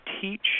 teach